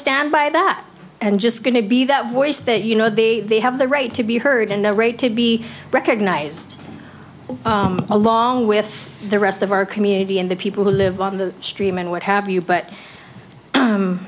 stand by that and just going to be that voice that you know the have the right to be heard and the right to be recognized along with the rest of our community and the people who live on the stream and what have you but